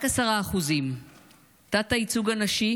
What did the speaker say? רק 10%. תת-הייצוג הנשי,